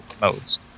modes